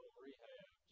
Rehab